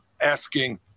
asking